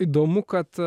įdomu kad